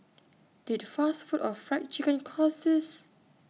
did fast food or Fried Chicken cause this